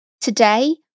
Today